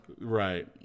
right